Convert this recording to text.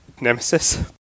Nemesis